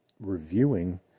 reviewing